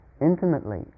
intimately